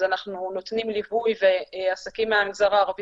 אז אנחנו נותנים ליווי ועסקים מהמגזר הערבי